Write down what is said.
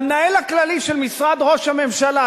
למנהל הכללי של משרד ראש הממשלה,